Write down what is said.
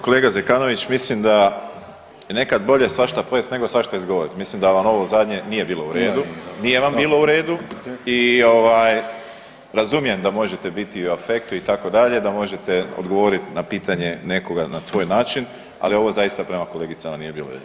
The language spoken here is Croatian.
Kolega Zekanović mislim da je nekad boje svašta pojest nego svašta izgovoriti mislim da vam ovo zadnje nije bilo u redu, nije vam bilo u redu i ovaj razumijem da možete biti i afektu itd., da možete odgovorit na pitanje nekoga na svoj način, ali ovo zaista prema kolegicama nije bilo u redu.